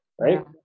right